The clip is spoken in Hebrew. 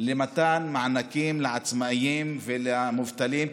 למתן מענקים לעצמאים ולמובטלים,